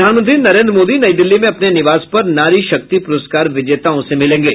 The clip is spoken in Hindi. प्रधानमंत्री नरेन्द्र मोदी नई दिल्ली में अपने निवास पर नारी शक्ति पुरस्कार विजेताओं से मिलेंगे